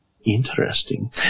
interesting